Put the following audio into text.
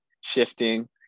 shifting